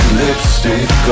lipstick